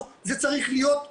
זה רציך להיות פאבליק,